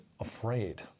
afraid